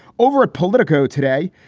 over a politico today,